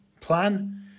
plan